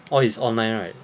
all is online right